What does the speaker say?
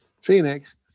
Phoenix